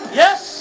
yes